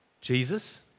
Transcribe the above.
Jesus